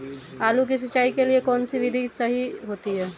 आलू की सिंचाई के लिए कौन सी विधि सही होती है?